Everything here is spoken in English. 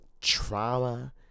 trauma